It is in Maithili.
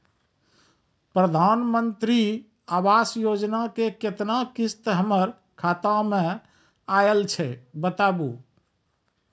प्रधानमंत्री मंत्री आवास योजना के केतना किस्त हमर खाता मे आयल छै बताबू?